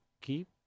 keep